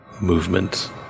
Movement